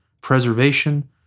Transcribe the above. preservation